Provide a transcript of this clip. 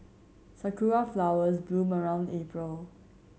sakura flowers bloom around April